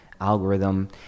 algorithm